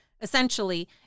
essentially